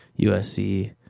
USC